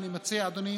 אני מציע, אדוני